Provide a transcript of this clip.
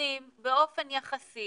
שנותנים באופן יחסי